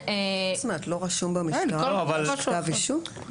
מה זאת אומרת, לא רשום במשטרה כתב אישום?